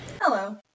Hello